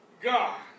God